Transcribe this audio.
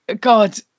God